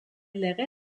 lege